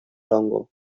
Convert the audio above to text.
hongo